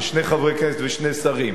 יש שני חברי כנסת ושני שרים,